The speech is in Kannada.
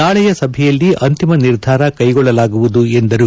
ನಾಳೆಯ ಸಭೆಯಲ್ಲಿ ಅಂತಿಮ ನಿರ್ಧಾರ ಕೈಗೊಳ್ಳಲಾಗುವುದು ಎಂದರು